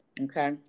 Okay